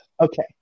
Okay